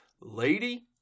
lady